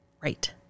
Right